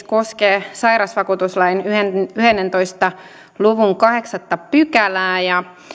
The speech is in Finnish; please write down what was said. koskee sairausvakuutuslain yhdentoista luvun kahdeksatta pykälää ja